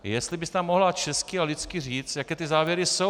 Jestli byste nám mohla česky a lidsky říci, jaké ty závěry jsou.